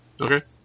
Okay